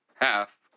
half